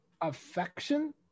affection